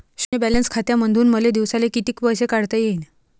शुन्य बॅलन्स खात्यामंधून मले दिवसाले कितीक पैसे काढता येईन?